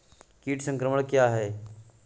कीट संक्रमण क्या है?